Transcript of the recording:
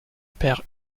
perd